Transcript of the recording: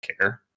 care